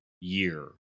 year